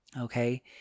okay